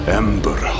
ember